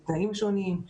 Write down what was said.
עם תנאים שונים,